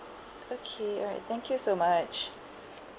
okay alright thank you so much